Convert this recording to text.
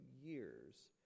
years